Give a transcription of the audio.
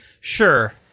Sure